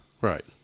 Right